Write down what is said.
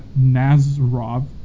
Nazarov